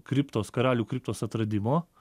kriptos karalių kriptos atradimo